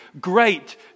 Great